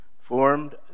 formed